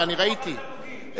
ואני ראיתי,